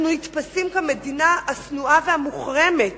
אנחנו נתפסים כמדינה השנואה והמוחרמת